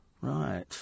Right